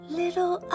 little